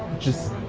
just,